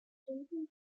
freezing